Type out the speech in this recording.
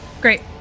Great